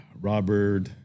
Robert